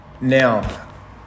Now